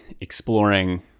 exploring